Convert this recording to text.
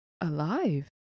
alive